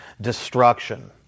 destruction